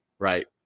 Right